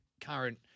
current